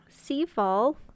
Seafall